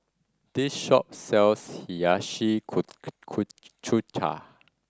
this shop sells Hiyashi Chuka